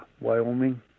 Wyoming